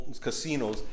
casinos